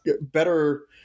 better